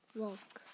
walk